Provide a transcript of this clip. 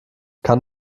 kann